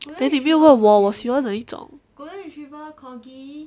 then 你没有问我我喜欢哪一种